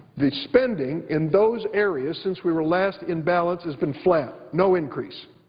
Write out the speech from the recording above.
the spending in those areas since we were last in balance has been flat, no increase,